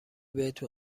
بهتون